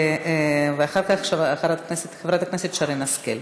ואחר כך, חברת הכנסת שרן השכל.